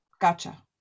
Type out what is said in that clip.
Gotcha